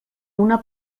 una